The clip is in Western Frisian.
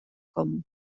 kommen